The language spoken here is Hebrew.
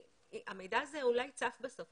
המידע הזה אולי צף בסוף,